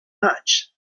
much